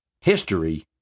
History